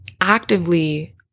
Actively